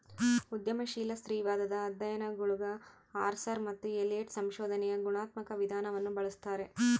ಉದ್ಯಮಶೀಲ ಸ್ತ್ರೀವಾದದ ಅಧ್ಯಯನಗುಳಗಆರ್ಸರ್ ಮತ್ತು ಎಲಿಯಟ್ ಸಂಶೋಧನೆಯ ಗುಣಾತ್ಮಕ ವಿಧಾನವನ್ನು ಬಳಸ್ತಾರೆ